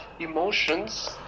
emotions